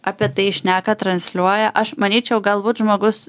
apie tai šneka transliuoja aš manyčiau galbūt žmogus